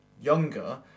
younger